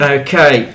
okay